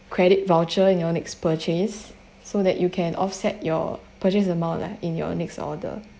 credit voucher in your next purchase so that you can offset your purchase amount lah in your next order